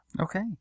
Okay